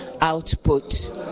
output